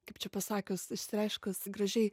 kaip čia pasakius išsireiškus gražiai